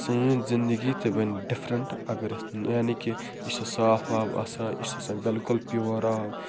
سٲنۍ زِندگی تہِ بَنہِ ڈِفرَنٛٹ اگر أسۍ یعنی کہِ یہِ چھِ صاف آب آسان یہِ چھِ آسان بِلکُل پیُور آب